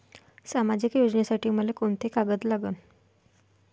सामाजिक योजनेसाठी मले कोंते कागद लागन?